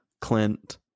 clint